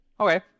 Okay